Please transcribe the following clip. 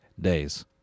days